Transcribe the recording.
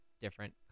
different